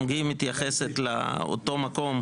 גם היא מתייחסת לאותו מקום,